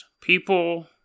People